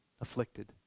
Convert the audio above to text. afflicted